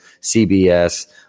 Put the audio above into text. CBS –